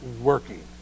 working